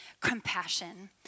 compassion